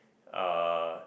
uh